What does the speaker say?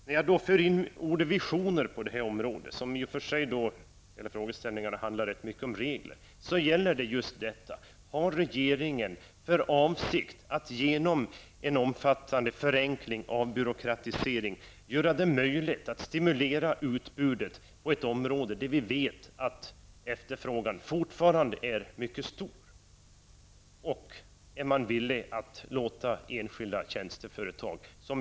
När jag förde in visioner på det här området -- i och för sig handlar det hela rätt mycket om regler -- gäller det just detta: Har regeringen för avsikt att genom en omfattande förenkling av byråkratin göra det möjligt att stimulera utbudet på ett område, där efterfrågan fortfarande är mycket stor, och är man villig att tillåta enskilda tjänsteföretag?